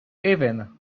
even